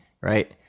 right